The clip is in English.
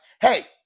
Hey